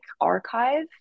archive